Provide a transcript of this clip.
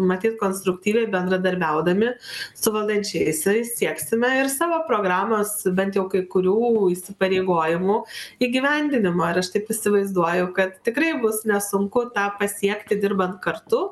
matyt konstruktyviai bendradarbiaudami su valdančiaisiais sieksime ir savo programos bent jau kai kurių įsipareigojimų įgyvendinimo ir aš taip įsivaizduoju kad tikrai bus nesunku tą pasiekti dirbant kartu